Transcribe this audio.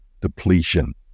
depletion